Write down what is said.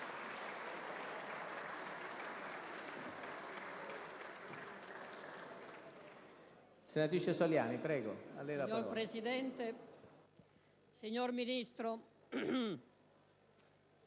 Signor Presidente, signor Ministro,